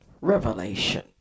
Revelation